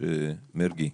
מרגי,